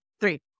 three